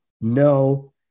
No